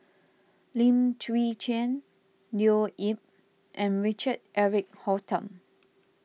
Lim Chwee Chian Leo Yip and Richard Eric Holttum